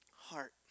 heart